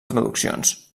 traduccions